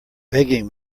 begging